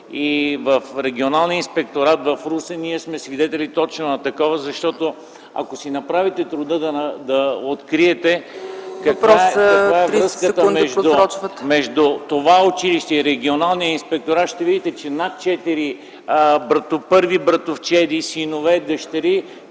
В Регионалният инспекторат в Русе ние сме свидетели точно на това, защото, ако си направите труда да откриете каква е връзката между това училище и Регионалния инспекторат, ще видите, че над четири първи братовчеди, синове, дъщери